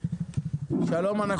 אני פותח את ישיבת ועדת הכלכלה.